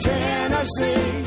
Tennessee